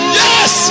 yes